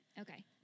Okay